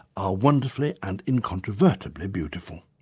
are wonderfully and incontrovertibly beautiful.